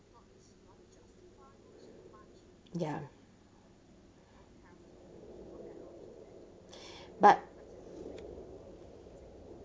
ya but